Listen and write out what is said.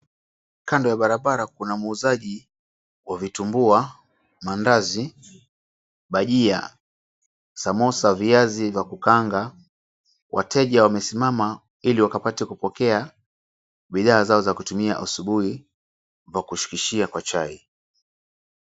Kando ya barabara kuna muuzaji wa vitumbua, mandazI, bajia, samosa, viazi vya kukuanga, wateja wamesimama iliwapate kupokea bidhaa zao za kutumia asubui vya kushukishia kwa chai.